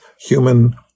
human